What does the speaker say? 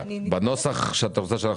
במצב.